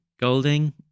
Golding